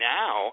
now